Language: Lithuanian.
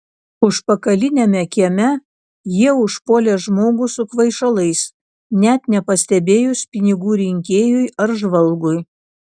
užpakaliniame kieme jie užpuolė žmogų su kvaišalais net nepastebėjus pinigų rinkėjui ar žvalgui